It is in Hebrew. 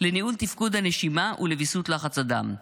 לניהול תפקוד הנשימה ולוויסות לחץ הדם.